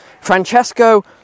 Francesco